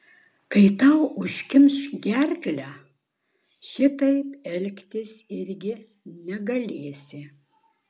kai tau užkimš gerklę šitaip elgtis irgi negalėsi